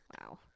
wow